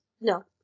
No